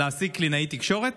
להשיג קלינאית תקשורת.